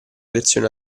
versione